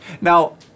Now